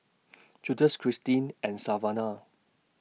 Justus Kristin and Savana